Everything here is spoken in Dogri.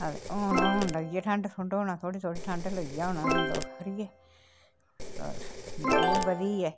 आ ते हून हून लगी ऐ ठंड ठुंड होन थोह्ड़ी थोह्ड़ी ठंड लगी ऐ होन तां खरी ऐ ओह् बी बधी ऐ